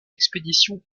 expédition